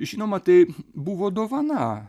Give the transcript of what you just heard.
žinoma tai buvo dovana